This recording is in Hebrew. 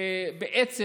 בעצם